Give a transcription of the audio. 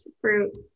fruit